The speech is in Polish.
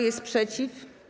jest przeciw?